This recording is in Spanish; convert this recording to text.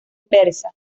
persa